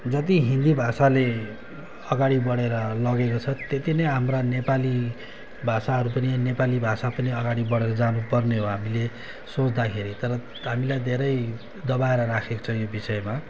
जति हिन्दी भाषाले अगाडि बढेर लगेको छ त्यत्ति नै हाम्रा नेपाली भाषाहरू पनि नेपाली भाषा पनि अगाडि बढेर जानुपर्ने हो हामीले सोच्दाखेरि तर हामीलाई धेरै दबाएर राखेको छ यो विषयमा